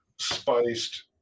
spiced